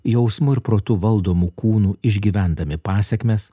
jausmu ir protu valdomu kūnu išgyvendami pasekmes